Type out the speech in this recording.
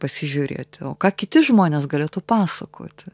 pasižiūrėti o ką kiti žmonės galėtų pasakoti